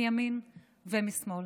מימין ומשמאל.